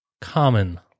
common